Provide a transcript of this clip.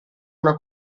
una